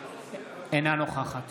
אינה נוכחת